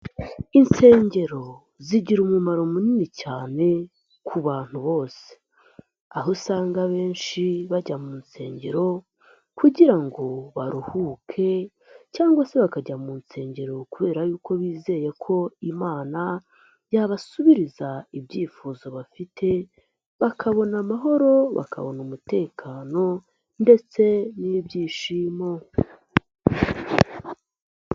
Insengero zigira umumaro munini cyane ku bantu bose aho usanga abenshi bajya mu nsengero kugira ngo baruhuke cyangwa se bakajya mu nsengero kubera y'uko bizeye ko imana yabasubiriza ibyifuzo bafite bakabona amahoro, bakabona umutekano ndetse n'ibyishimo.